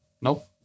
Nope